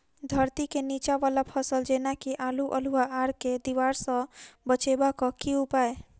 धरती केँ नीचा वला फसल जेना की आलु, अल्हुआ आर केँ दीवार सऽ बचेबाक की उपाय?